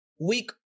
week